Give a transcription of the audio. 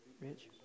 Rich